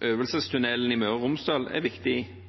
Øvelsestunnelen i Møre og Romsdal er viktig,